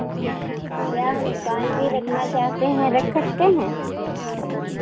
क्या हम दुकान भी रखना चाहते हैं रख सकते हैं